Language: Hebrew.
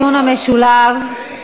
אנחנו מסכמים את הדיון המשולב,